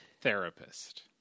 therapist